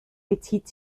bezieht